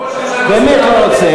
ראש הממשלה, אני באמת לא רוצה.